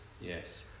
Yes